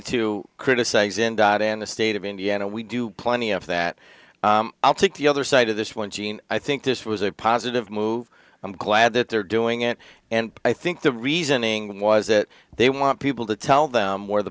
to criticize in dot in the state of indiana we do plenty of that i'll take the other side of this one gene i think this was a positive move i'm glad that they're doing it and i think the reasoning was that they want people to tell them where the